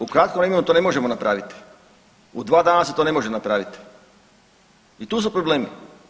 U kratkom vremenu to ne možemo napraviti, u 2 dana se to ne može napraviti i tu su problemi.